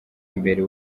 imbere